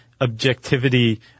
objectivity